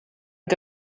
que